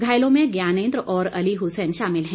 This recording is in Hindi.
घायलों में ज्ञानेन्द्र और अली हुसैन शामिल है